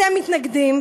אתם מתנגדים,